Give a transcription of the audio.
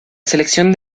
selección